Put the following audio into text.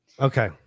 Okay